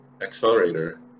Accelerator